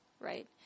right